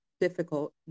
difficult